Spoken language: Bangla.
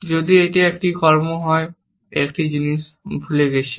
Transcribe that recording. যদি এটি একটি কর্ম হয় একটা জিনিস ভুলে গেছি